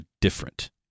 different